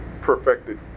perfected